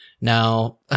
now